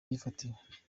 myifatire